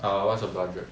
uh what's your budget